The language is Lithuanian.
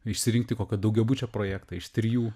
išsirinkti kokio daugiabučio projektą iš trijų